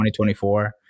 2024